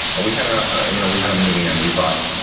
and we had ah ah you know we had a meeting. and we thought, and